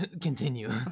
Continue